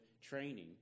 training